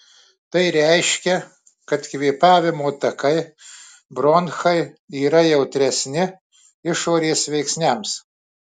tai reiškia kad kvėpavimo takai bronchai yra jautresni išorės veiksniams